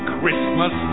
Christmas